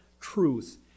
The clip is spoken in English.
truth